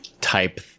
type